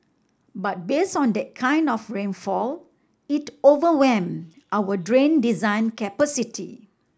but based on that kind of rainfall it overwhelmed our drain design capacity